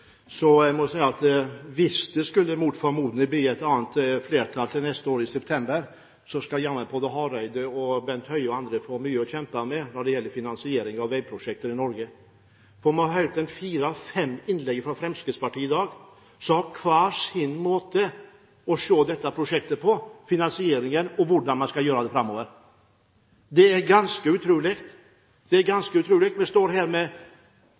Så hvis det mot formodning skulle bli et annet flertall i september neste år, skal jammen både Hareide, Høie og andre få mye å kjempe med når det gjelder finansiering av veiprosjekter i Norge. Vi har hørt fire–fem innlegg av representanter fra Fremskrittspartiet i dag som har hver sin måte å se finansieringen av dette prosjektet på, og hvordan man skal gjøre det framover. Det er ganske utrolig. Når det gjelder veiprosjekter, står vi her med